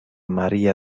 maria